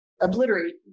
obliterate